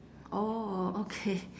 oh okay